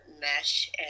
mesh